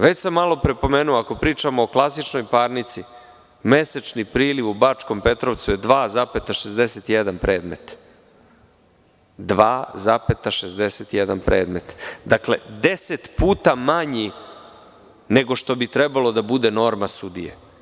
Već sam malo pre pomenuo, ako pričamo o klasičnoj parnici, mesečni priliv u Bačkom Petrovcu je 2,61 predmet, dakle deset puta manji nego što bi trebalo da bude norma sudije.